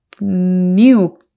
new